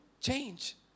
change